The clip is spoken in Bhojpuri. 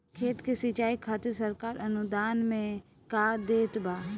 खेत के सिचाई खातिर सरकार अनुदान में का देत बा?